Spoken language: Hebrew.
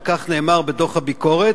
וכך נאמר בדוח הביקורת: